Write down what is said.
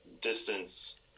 distance